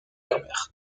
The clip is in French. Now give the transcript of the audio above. herbert